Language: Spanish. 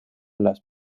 las